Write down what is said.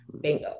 bingo